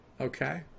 Okay